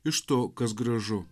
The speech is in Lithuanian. iš to kas gražu